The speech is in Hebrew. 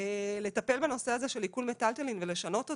לטפל בנושא הזה של עיקול מיטלטלין ולשנות אותו.